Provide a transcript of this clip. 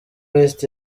west